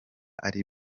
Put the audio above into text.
ari